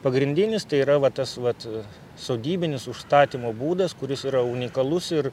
pagrindinis tai yra va tas vat sodybinis užstatymo būdas kuris yra unikalus ir